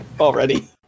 already